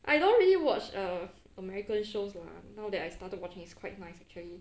I don't really watch err american shows lah now that I started watching is quite nice actually